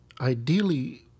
ideally